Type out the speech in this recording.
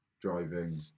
driving